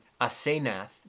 Asenath